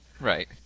Right